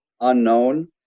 unknown